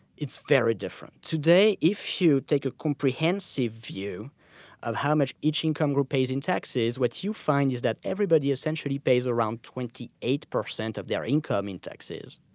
it's very different. today, if you take a comprehensive view of how much each income group pays in taxes, what you find is that everybody, essentially, pays around twenty eight percent of their income in taxes.